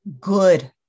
good